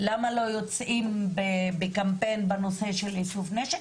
למה לא יוצאים בקמפיין בנושא של איסוף נשק,